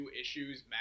issues